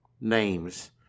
names